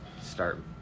start